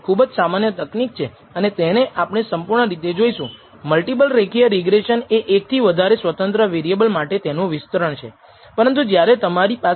આ જ અભિવ્યક્તિનો અર્થ એ છે કે જો આપણે આ પ્રયોગોના અંદાજની સરેરાશ કરતા ઘણી વખત પુનરાવર્તન કરીએ તો તે સત્યનું ખૂબ સારું પ્રતિનિધિત્વ કરશે